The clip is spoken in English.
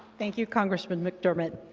thank you, congressman mcdermott.